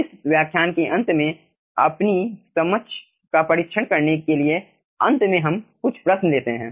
इस व्याख्यान के अंत में अपनी समझ का परीक्षण करने के लिए अंत में हम कुछ प्रश्न लेते हैं